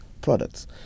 products